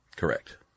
Correct